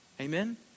Amen